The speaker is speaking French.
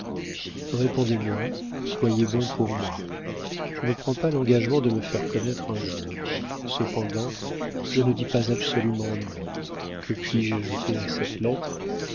répondez-moi soyez bon pour moi je ne prends pas l'engagement de me faire connaître un jour cependant je ne dis pas absolument non que puis-je ajouter à cette lettre